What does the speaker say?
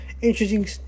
interesting